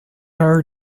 are